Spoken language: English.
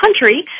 country